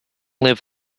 live